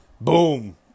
boom